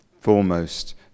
foremost